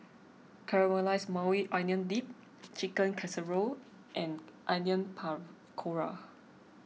Caramelized Maui Onion Dip Chicken Casserole and Onion Pakora